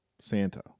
Santa